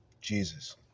Jesus